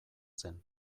zen